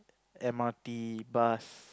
m_r_t bus